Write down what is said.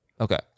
Okay